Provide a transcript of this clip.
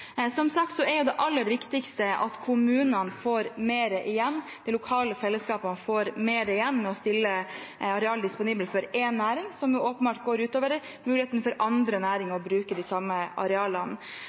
Som sagt er det aller viktigste at kommunene, de lokale fellesskapene, får mer igjen for å stille areal disponibelt for én næring, som åpenbart går ut over muligheten for andre næringer